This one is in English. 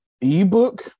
ebook